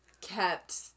kept